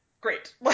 great